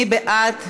מי בעד?